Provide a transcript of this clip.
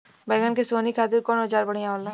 बैगन के सोहनी खातिर कौन औजार बढ़िया होला?